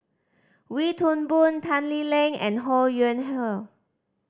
Wee Toon Boon Tan Lee Leng and Ho Yuen Hoe